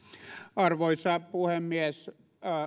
arvoisa puhemies